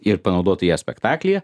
ir panaudotų ją spektaklyje